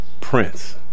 Prince